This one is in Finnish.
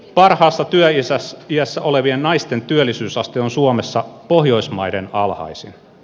parhaassa työiässä olevien naisten työllisyysaste on suomessa pohjoismaiden alhaisin